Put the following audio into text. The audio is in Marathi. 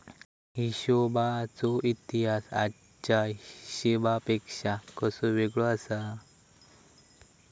हिशोबाचो इतिहास आजच्या हिशेबापेक्षा कसो वेगळो आसा?